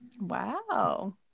Wow